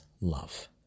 love